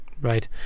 Right